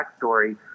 backstory